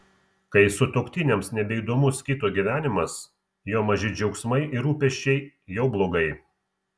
kai sutuoktiniams nebeįdomus kito gyvenimas jo maži džiaugsmai ir rūpesčiai jau blogai